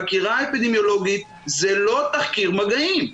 חקירה אפידמיולוגית זה לא תחקיר מגעים.